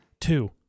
Two